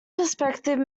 perspective